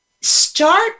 Start